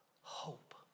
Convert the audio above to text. hope